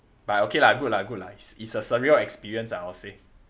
but okay lah good lah good lah it's a surreal experience ah I will say